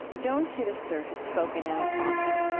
joan chittister has spoken out often.